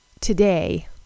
today